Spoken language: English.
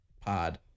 pod